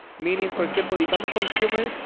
meaning, for example, if i'm a consumer,